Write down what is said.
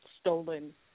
stolen